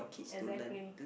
exactly